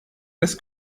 des